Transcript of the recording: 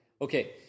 Okay